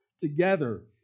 together